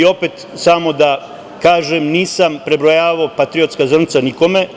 Samo da kažem nisam prebrojavao patriotska zrnca nikome.